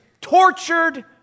tortured